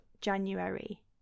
January